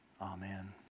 Amen